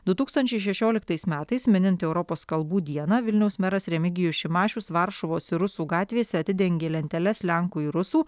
du tūkstančiai šešioliktais metais minint europos kalbų dieną vilniaus meras remigijus šimašius varšuvos ir rusų gatvėse atidengė lenteles lenkų rusų